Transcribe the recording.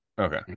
Okay